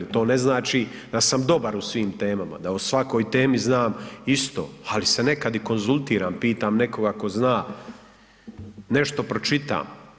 To ne znači da sam dobar u svim temama, da o svakoj temi znam isto, ali se nekad i konzultiram, pitam nekoga tko zna, nešto pročitam.